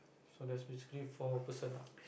so there's basically four person ah